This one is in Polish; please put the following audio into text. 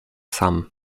sam